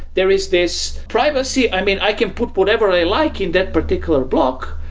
there is this privacy i mean, i can put whatever i like in that particular block,